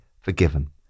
forgiven